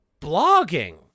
blogging